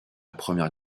première